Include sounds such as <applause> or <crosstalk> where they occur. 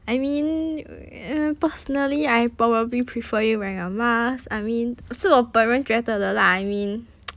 I mean uh personally I probably prefer you wearing a mask I mean 是我本人觉得的 lah I mean <noise>